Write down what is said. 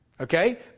Okay